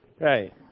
Right